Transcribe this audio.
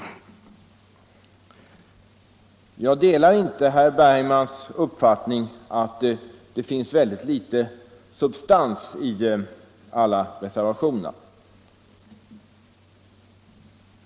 Jag delar inte herr Bergmans uppfattning att det finns väldigt litet substans i alla reservationerna.